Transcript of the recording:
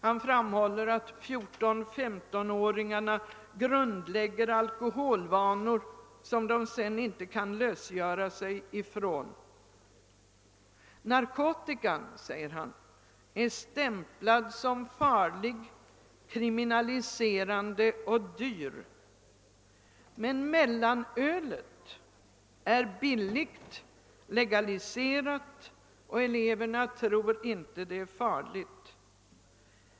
Han framhåller att 14—15-åringarna grundlägger alkoholvanor, som de sedan inte kan lösgöra sig ifrån. Narkotikan, skriver dr Rollof, är stämplad som farlig, krimina liserande och dyr, men mellanölet är billigt och legaliserat, och eleverna tror inte att det är farligt.